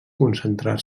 concentrar